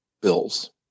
Bills